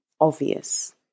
Obvious